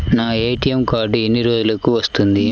నా ATM card ఎన్ని రోజులకు వస్తుంది?